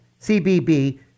CBB